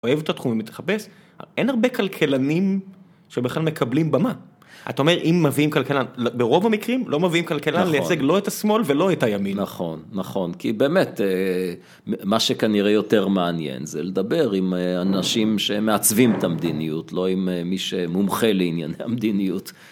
אוהב את התחום. אם תחפש, אין הרבה כלכלנים שבכלל מקבלים במה. אתה אומר, אם מביאים כלכלן, ברוב המקרים לא מביאים כלכלן לייצג לא את השמאל ולא את הימין. נכון, נכון. כי באמת, מה שכנראה יותר מעניין זה לדבר עם אנשים שמעצבים את המדיניות, לא עם מי שמומחה לענייני המדיניות.